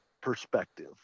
perspective